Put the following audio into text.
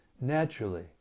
naturally